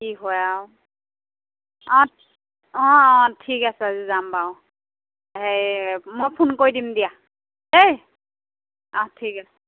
কি হয় আৰু অঁ অঁ অঁ ঠিক আছে আজি যাম বাৰু সেই মই ফোন কৰি দিম দিয়া দেই অঁ ঠিক আছে